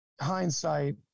hindsight